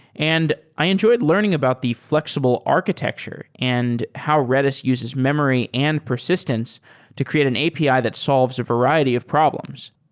and i enjoyed learning about the flexible architecture and how redis uses memory and persistence to create an api that solves a variety of problems.